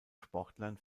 sportlern